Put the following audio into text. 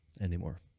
anymore